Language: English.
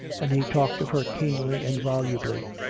and he talked of her keenly and volubly.